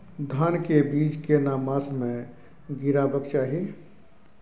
धान के बीज केना मास में गीराबक चाही?